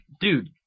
Dude